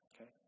okay